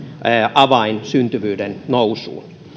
avain syntyvyyden nousuun